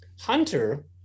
hunter